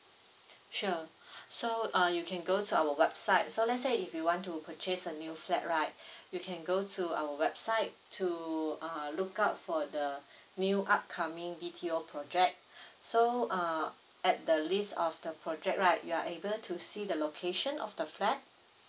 sure so uh you can go to our website so let's say if you want to purchase a new flat right you can go to our website to uh look out for the new upcoming B_T_O project so uh at the list of the project right you are able to see the location of the flat